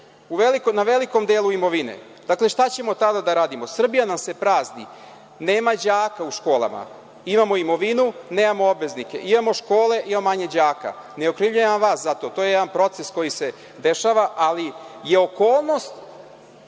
na velikom delu imovine. Dakle, šta ćemo tada da radimo? Srbija nam se prazni. Nema đaka u školama. Imamo imovinu. Nemamo obveznike. Imamo škole, ima manje đaka. Ne okrivljujem ja vas za to. To je jedan proces koji se dešava, ali je okolnost